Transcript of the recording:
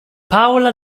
paola